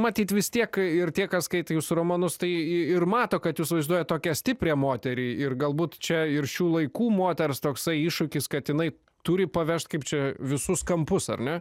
matyt vis tiek ir tie kas skaito jūsų romanus tai ir mato kad jus vaizduojat tokią stiprią moterį ir galbūt čia ir šių laikų moters toksai iššūkis kad jinai turi pavežt kaip čia visus kampus ar ne